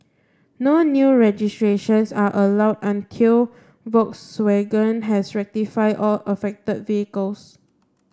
no new registrations are allowed until Volkswagen has rectified all affected vehicles